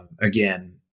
again